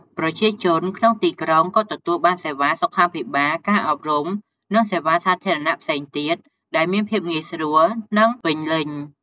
ប្រជាជនក្នុងទីក្រុងក៏ទទួលបានសេវាសុខាភិបាល ការអប់រំ និងសេវាសាធារណៈផ្សេងទៀតដែលមានភាពងាយស្រួល និងពេញលេញ។